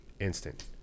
instant